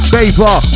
Paper